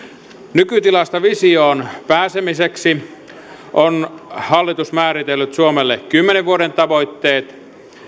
nykytilasta visioon pääsemiseksi on hallitus määritellyt suomelle kymmenen vuoden tavoitteet